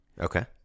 okay